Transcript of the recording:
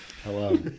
Hello